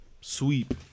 Sweep